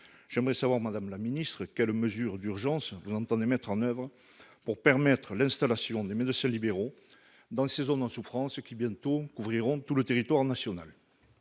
j'aimerais connaître, madame la ministre, les mesures d'urgence que vous entendez mettre en oeuvre pour permettre l'installation des médecins libéraux dans ces zones en souffrance, qui couvriront bientôt tout le territoire national.